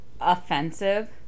offensive